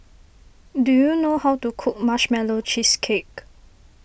do you know how to cook Marshmallow Cheesecake